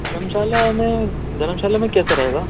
دھرم شالہ میں دھرم شالہ میں کیسا رہے گا